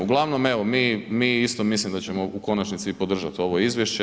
Uglavnom evo mi isto mislim da ćemo u konačnici i podržati ovo izvješće.